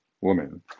woman